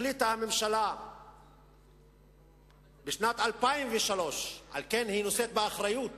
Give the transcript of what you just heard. החליטה הממשלה בשנת 2003, על כן היא נושאת באחריות